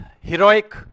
heroic